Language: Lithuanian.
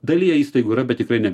dalyje įstaigų yra bet tikrai ne